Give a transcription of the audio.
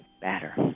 batter